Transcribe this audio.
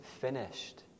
finished